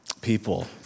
people